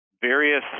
various